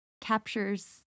captures